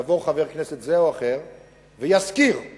יבוא חבר כנסת זה או אחר ויזכיר כי